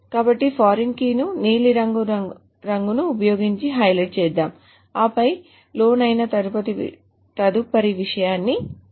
కాబట్టి foreign key ను నీలిరంగు రంగును ఉపయోగించి హైలైట్ చేద్దాం ఆపై లోన్ అయిన తదుపరి విషయానికి వెళ్దాం